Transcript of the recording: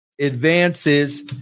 advances